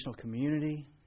community